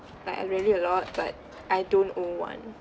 like uh really a lot but I don't own one